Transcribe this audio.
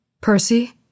Percy